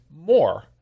more